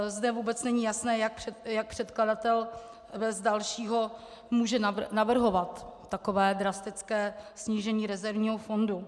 Zde vůbec není jasné, jak předkladatel bez dalšího může navrhovat takové drastické snížení rezervního fondu.